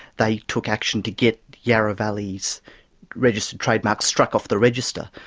they took action to get yarra valley's registered trademark struck off the register,